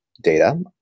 data